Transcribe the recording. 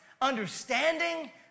understanding